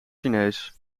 chinees